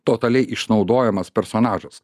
totaliai išnaudojamas personažas